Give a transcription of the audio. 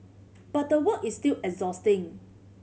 but the work is still exhausting